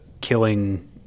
killing